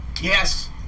Yes